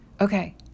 Okay